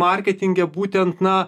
marketinge būtent na